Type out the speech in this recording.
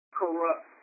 corrupt